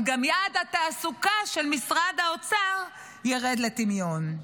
אבל גם יעד התעסוקה של משרד האוצר ירד לטמיון.